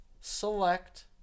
select